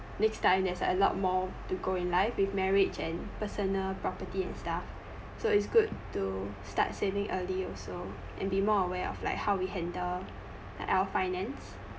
next time there's a lot more to go in life with marriage and personal property and stuff so it's good to start saving early also and be more aware of like how we handle like our finance